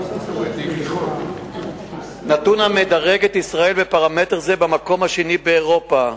זה נתון המדרג את ישראל בפרמטר זה במקום השני באירופה,